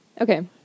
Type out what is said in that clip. Okay